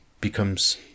becomes